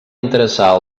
interessar